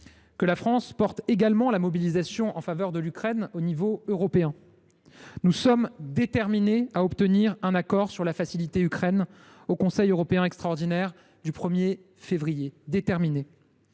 que la France porte également la mobilisation en faveur de l’Ukraine à l’échelon européen. Nous sommes déterminés à obtenir un accord sur la Facilité pour l’Ukraine au Conseil européen extraordinaire du 1 février prochain.